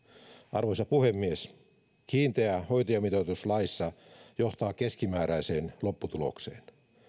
arvoisa puhemies kiinteä hoitajamitoitus laissa johtaa keskimääräiseen lopputulokseen